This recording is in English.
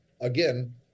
Again